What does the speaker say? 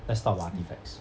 let's talk about artifacts